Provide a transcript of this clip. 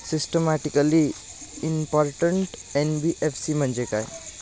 Systematically important NBFC म्हणजे काय?